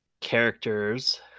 characters